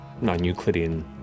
non-Euclidean